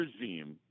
regime